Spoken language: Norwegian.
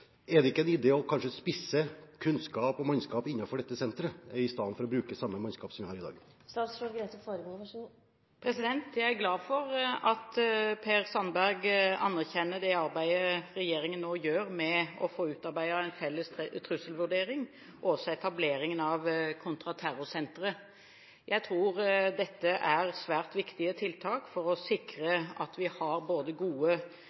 Er det ikke en idé å spisse kunnskap og mannskap i dette senteret istedenfor å bruke samme mannskap som vi har i dag? Jeg er glad for at Per Sandberg anerkjenner det arbeidet regjeringen nå gjør med å få utarbeidet en felles trusselvurdering, og også etableringen av kontraterrorsenteret. Jeg tror dette er svært viktige tiltak for å sikre at vi har gode